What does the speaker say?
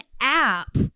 app